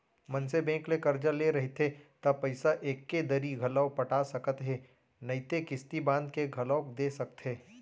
मनसे बेंक ले करजा ले रहिथे त पइसा एके दरी घलौ पटा सकत हे नइते किस्ती बांध के घलोक दे सकथे